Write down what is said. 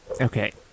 Okay